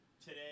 today